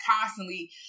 constantly